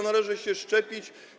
należy się szczepić.